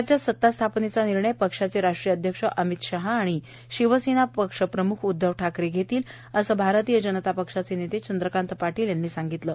राज्यात सत्ता स्थापनेचा निर्णय पक्षाचे राष्ट्रीय अध्यक्ष अमित शहा आणि शिवसेना पक्ष प्रम्ख उद्धव ठाकरे घेतील असं भाजप नेते चंद्रकांत पाटील यांनी सांगितलं आहे